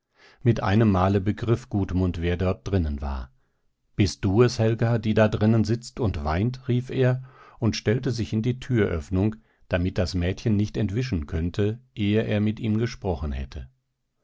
mit einem male begriff gudmund wer dort drinnen war bist du es helga die da drinnen sitzt und weint rief er und stellte sich in die türöffnung damit das mädchen nicht entwischen könnte ehe er mit ihm gesprochen hätte